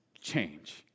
change